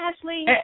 Ashley